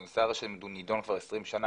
זה נושא הרי שנידון כבר 20 שנה.